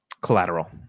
collateral